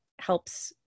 helps